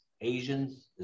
Asians